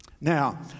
Now